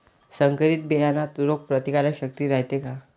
संकरित बियान्यात रोग प्रतिकारशक्ती रायते का?